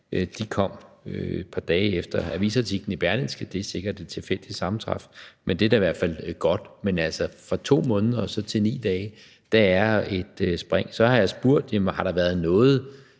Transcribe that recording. De kom et par dage efter avisartiklen i Berlingske. Det er sikkert et tilfældigt sammentræf, men det er da i hvert fald godt. Men fra 2 måneder til 9 dage er der altså et spring. Så har jeg spurgt: Jamen har der været noget